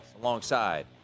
Alongside